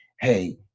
hey